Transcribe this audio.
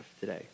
today